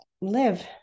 live